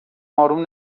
اروم